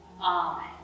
Amen